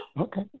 Okay